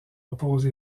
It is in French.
oppose